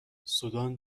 سودان